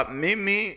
mimi